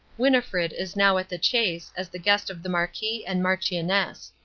winnifred is now at the chase as the guest of the marquis and marchioness.